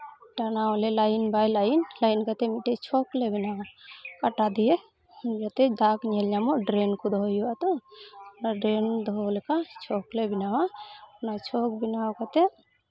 ᱴᱟᱱᱟᱣ ᱟᱞᱮ ᱞᱟᱭᱤᱱ ᱵᱟᱭ line line ᱠᱟᱛᱮᱫ ᱢᱤᱫᱴᱮᱡ ᱪᱷᱚᱠ ᱞᱮ ᱵᱮᱱᱟᱣᱟ ᱠᱟᱴᱟ ᱫᱤᱭᱮ ᱡᱟᱛᱮ ᱫᱟᱜᱽ ᱧᱮᱞ ᱧᱟᱢᱚᱜ ᱰᱨᱮᱱ ᱠᱚ ᱫᱚᱦᱚᱭ ᱦᱩᱭᱩᱜᱼᱟ ᱛᱚ ᱚᱱᱟ ᱰᱨᱮᱱ ᱫᱚᱦᱚ ᱞᱮᱠᱟ ᱪᱷᱚᱠᱞᱮ ᱵᱮᱱᱟᱣᱟ ᱚᱱᱟ ᱪᱷᱚᱠ ᱵᱮᱱᱟᱣ ᱠᱟᱛᱮᱫ